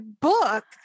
book